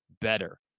better